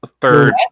Third